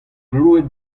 gloued